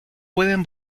pueden